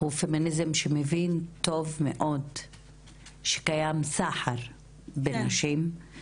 הוא פמיניזם שמבין טוב מאוד שקיים סחר בנשים,